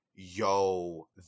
Yo